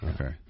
Okay